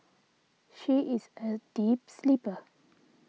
she is a deep sleeper